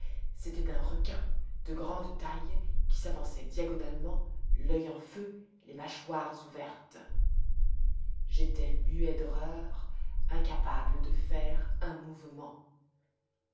c'était un requin de grande taille qui s'avançait diagonalement l'oeil en feu les mâchoires ouvertes j'étais muet d'horreur incapable de faire un mouvement